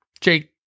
Jake